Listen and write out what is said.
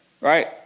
right